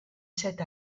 set